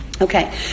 Okay